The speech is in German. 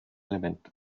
element